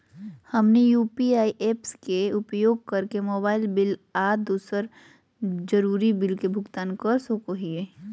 हमनी UPI apps के उपयोग करके मोबाइल बिल आ दूसर जरुरी बिल के भुगतान कर सको हीयई